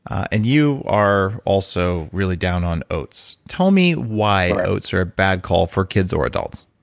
and you are also really down on oats. tell me why oats are a bad call for kids or adults